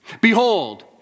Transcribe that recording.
Behold